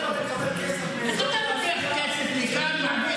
מקבל כסף מאזור תעשייה,